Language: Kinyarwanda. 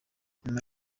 nyuma